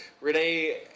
Rene